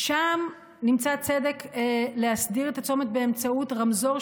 שם נמצא צדק להסדיר את הצומת באמצעות רמזור,